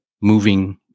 moving